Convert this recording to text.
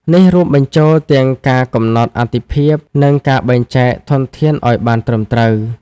នេះរួមបញ្ចូលទាំងការកំណត់អាទិភាព និងការបែងចែកធនធានឱ្យបានត្រឹមត្រូវ។